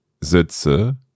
sitze